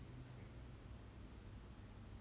this girl that is like in the group lah